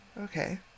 Okay